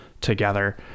together